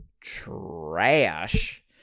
trash